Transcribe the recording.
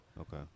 Okay